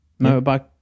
motorbike